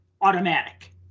Automatic